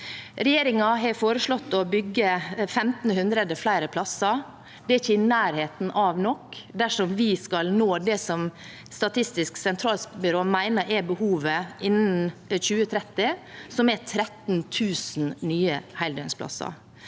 Regjeringen har foreslått å bygge 1 500 flere plasser. Det er ikke i nærheten av nok dersom vi skal nå det som Statistisk sentralbyrå mener er behovet innen 2030, som er 13 000 nye heldøgnsplasser.